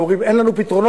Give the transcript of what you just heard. הם אומרים: אין לנו פתרונות,